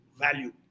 value